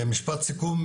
יש לך משפט לסיכום?